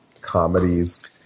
comedies